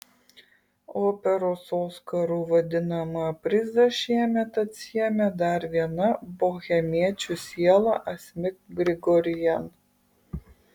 operos oskaru vadinamą prizą šiemet atsiėmė dar viena bohemiečių siela asmik grigorian